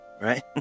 right